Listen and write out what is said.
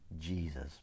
Jesus